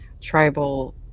tribal